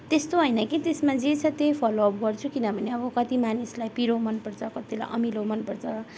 त्यस्तो होइन कि त्यसमा जे छ त्यही फोलोअप गर्छु किनभने अब कति मानिसलाई पिरो मनपर्छ कतिलाई अमिलो मनपर्छ